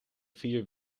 vier